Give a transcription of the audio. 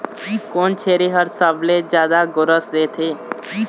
कोन छेरी हर सबले जादा गोरस देथे?